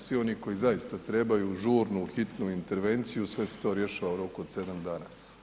Svi oni koji zaista trebaju žurnu, hitnu intervenciju sve se to rješava u roku od sedam dana.